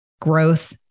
growth